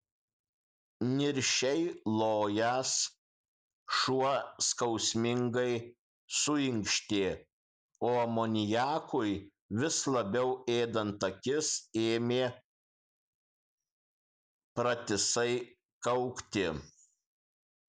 niršiai lojęs šuo skausmingai suinkštė o amoniakui vis labiau ėdant akis ėmė pratisai kaukti